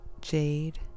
jade